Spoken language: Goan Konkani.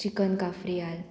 चिकन काफ्रियाल